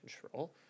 control